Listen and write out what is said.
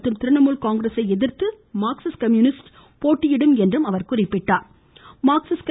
மற்றும் திரிணாமுல் காங்கிரஸை எதிர்த்து மார்க்சிஸ்ட் கம்யூனிஸ்ட் போட்டியிடும் என்றும் குறிப்பிட்டார்